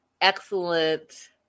excellent